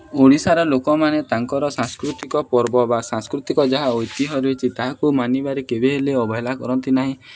ଓଡ଼ିଶାର ଲୋକମାନେ ତାଙ୍କର ସାଂସ୍କୃତିକ ପର୍ବ ବା ସାଂସ୍କୃତିକ ଯାହା ଐତିହ୍ୟ ରହିଛି ତାହାକୁ ମାନିବାରେ କେବେ ହେଲେ ଅବଭେଳା କରନ୍ତି ନାହିଁ